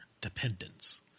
dependence